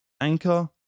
anchor